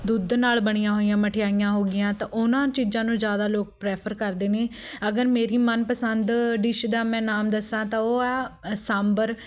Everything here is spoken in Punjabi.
ਦੁੱਧ ਨਾਲ਼ ਬਣੀਆਂ ਹੋਈਆਂ ਮਠਿਆਈਆਂ ਹੋਗੀਆਂ ਤਾਂ ਉਹਨਾਂ ਚੀਜ਼ਾਂ ਨੂੰ ਜ਼ਿਆਦਾ ਲੋਕ ਪ੍ਰੈਫਰ ਕਰਦੇ ਨੇ ਅਗਰ ਮੇਰੀ ਮਨਪਸੰਦ ਡਿਸ਼ ਦਾ ਮੈਂ ਨਾਮ ਦੱਸਾਂ ਤਾਂ ਉਹ ਆ ਸਾਂਬਰ